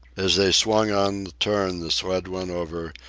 as they swung on the turn the sled went over,